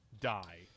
die